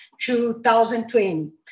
2020